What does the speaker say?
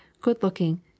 good-looking